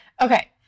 Okay